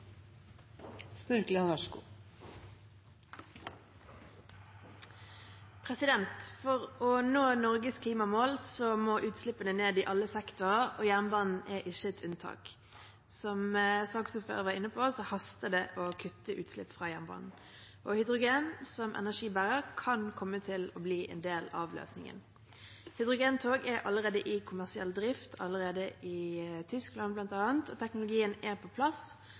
gjenstående strekningene. For å nå Norges klimamål må utslippene ned i alle sektorer – og jernbane er ikke noe unntak. Som saksordføreren var inne på, haster det å kutte utslipp fra jernbanen, og hydrogen som energibærer kan komme til å bli en del av løsningen. Hydrogentog er allerede i kommersiell drift i Tyskland bl.a., og teknologien er på plass.